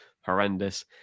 horrendous